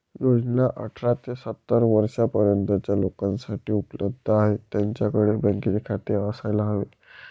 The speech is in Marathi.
योजना अठरा ते सत्तर वर्षा पर्यंतच्या लोकांसाठी उपलब्ध आहे, त्यांच्याकडे बँकेचे खाते असायला हवे